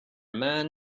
man